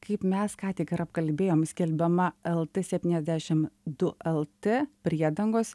kaip mes ką tik ir apkalbėjom skelbiama lt septyniasdešim du lt priedangos